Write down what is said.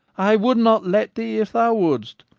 i would not let thee if thou would'st.